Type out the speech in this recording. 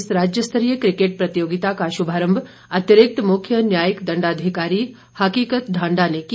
इस राज्य स्तरीय क्रिकेट प्रतियोगिता का शुभारंभ अतिरिक्त मुख्य न्यायिक दंडाधिकारी हकीकत ढांडा ने किया